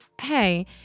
hey